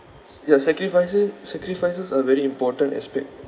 s~ ya sacrificer~ sacrifices are very important aspect